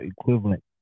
equivalent